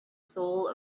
soul